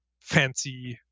fancy